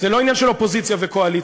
זה לא עניין של אופוזיציה וקואליציה,